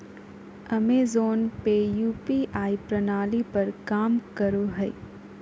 Amazon pay UPI प्रणाली पर काम करो हय